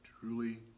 truly